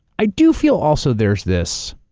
i do feel also there's this,